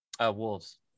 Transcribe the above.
Wolves